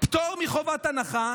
פטור מחובת הנחה,